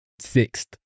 Sixth